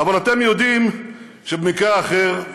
אבל אתם יודעים שבמקרה אחר,